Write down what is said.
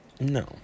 No